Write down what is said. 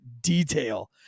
detail